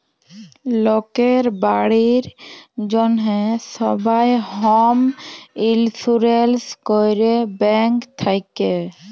লকের বাড়ির জ্যনহে সবাই হম ইলসুরেলস ক্যরে ব্যাংক থ্যাকে